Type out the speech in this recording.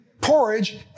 porridge